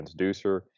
transducer